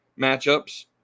matchups